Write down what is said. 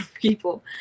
people